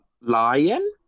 lion